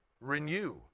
Renew